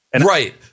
Right